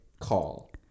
call